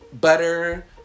Butter